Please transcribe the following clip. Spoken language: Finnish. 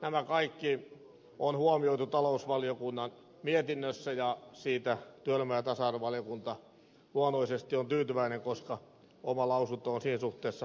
nämä kaikki on huomioitu talousvaliokunnan mietinnössä ja siitä työelämä ja tasa arvovaliokunta luonnollisesti on tyytyväinen koska oma lausunto on siinä suhteessa painanut